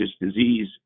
disease